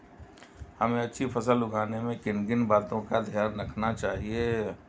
हमें अच्छी फसल उगाने में किन किन बातों का ध्यान रखना चाहिए?